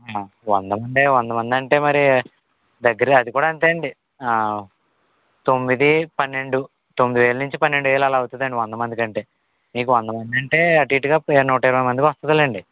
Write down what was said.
వందమంది వందమంది అంటే మరీ దగ్గరే అదికూడా అంతే అండి తొమ్మిది పన్నెండు తొమ్మిడి వేలు నుంచి పన్నెండు వేలు అలా అవుతుందండి వందమందికంటే మీకు వందమందంటే అటుఇటుగా నూట ఇరవై మందికి వస్తుందిలేండి